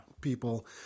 people